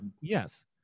yes